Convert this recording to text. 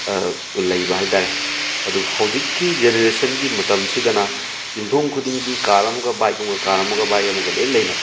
ꯂꯩꯕ ꯍꯥꯏꯇꯥꯔꯦ ꯑꯗꯣ ꯍꯧꯖꯤꯛꯀꯤ ꯖꯦꯅꯔꯦꯁꯟꯒꯤ ꯃꯇꯝꯁꯤꯗꯅ ꯌꯨꯝꯊꯣꯡ ꯈꯨꯗꯤꯡꯒꯤ ꯀꯥꯔ ꯑꯃꯒ ꯕꯥꯏꯛ ꯑꯃꯒ ꯀꯥꯔ ꯑꯃꯒ ꯕꯥꯏꯛ ꯑꯃꯒ ꯂꯣꯏ ꯂꯩꯅꯕ